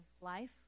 life